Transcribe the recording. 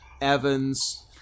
Evans